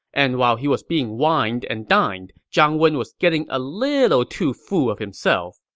and while he was being wined and dined, zhang wen was getting a little too full of himself.